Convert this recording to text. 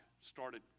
started